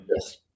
Yes